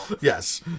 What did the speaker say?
Yes